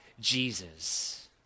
Jesus